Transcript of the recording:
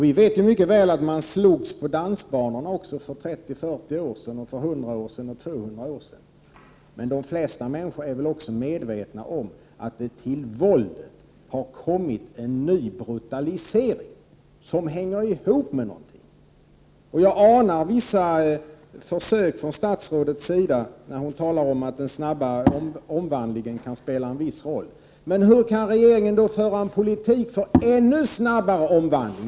Vi vet mycket väl att man slogs på dansbanorna också för 30-40 år sedan, och för 100 och 200 år sedan också, men de flesta människor är väl också medvetna om att till våldet har kommit en ny brutalisering, som hänger ihop med någonting. Jag anar vissa försök från statsrådets sida när hon säger att den snabba omvandlingen kan spela en viss roll, men hur kan regeringen då föra en politik för ännu snabbare omvandling?